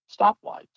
stoplights